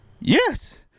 Yes